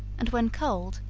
and when cold,